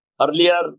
earlier